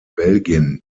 belgien